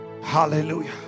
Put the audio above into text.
Hallelujah